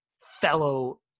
fellow